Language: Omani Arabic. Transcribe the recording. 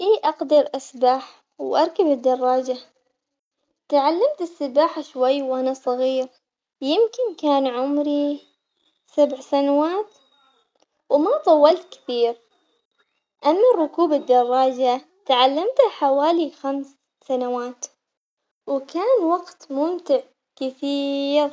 إي أقدر أسبح وأركب الدراجة، تعلمت السباحة شوي وأنا صغير يمكن كان عمري سبع سنوات، وما طولت كثير أما ركوب الدراجة تعلمته حوالي خمس سنوات وكان وقت ممتع كثير.